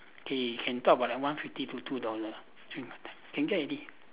K can talk about like one fifty to two dollar two dollar can get already